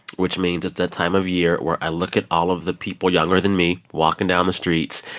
which means it's that time of year where i look at all of the people younger than me walking down the streets.